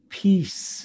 peace